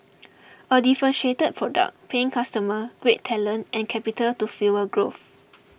a differentiated product paying customer great talent and capital to fuel growth